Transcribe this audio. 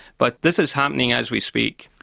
but this is happening as we speak.